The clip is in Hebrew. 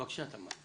בבקשה תמר.